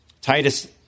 Titus